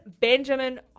Benjamin